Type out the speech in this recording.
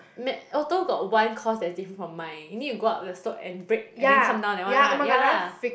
Met~ auto got one course that is different from mine you need to go up the slope and brake and then come down that one right ya lah